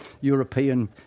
European